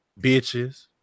bitches